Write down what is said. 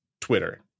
Twitter